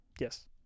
Yes